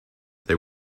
they